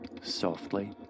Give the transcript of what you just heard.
Softly